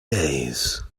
days